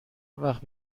وقت